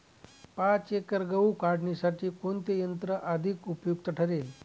पाच एकर गहू काढणीसाठी कोणते यंत्र अधिक उपयुक्त ठरेल?